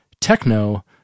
techno